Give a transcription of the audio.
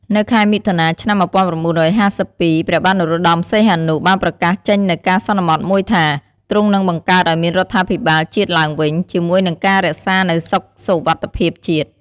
នៅខែមិថុនា ឆ្នាំ ១៩៥២ ព្រះបាទនរោត្តមសីហនុ បានប្រកាសចេញនូវការសន្មត់មួយថា ទ្រង់និងបង្កើតឱ្យមានរដ្ឋាភិបាលជាតិឡើងវិញ ជាមួយនិងការរក្សានៅសុខសុវត្ថិភាពជាតិ ។